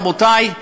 רבותי,